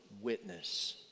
witness